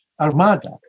Armada